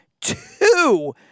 two